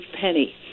Penny